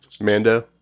mando